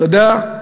אתה יודע,